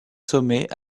sommets